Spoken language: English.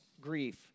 grief